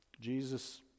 Jesus